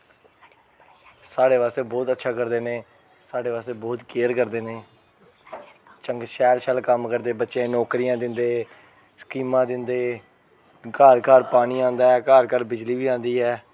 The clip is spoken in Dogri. साढ़े वास्तै बोह्त अच्छा करदे न एह् साढ़े वास्तै बोह्त केयर करदे न एह् चंगे शैल शैल कम्म करदे बच्चें ई नौकरियां दिंदे स्कीमां दिंदे घर घर पानी आंदा ऐ घर घर बिजली बी आंदी ऐ